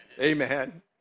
Amen